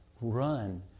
run